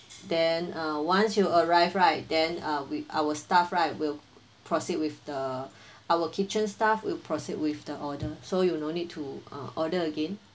then uh once you arrive right then uh we our staff right will proceed with the our kitchen staff will proceed with the order so you no need to uh order again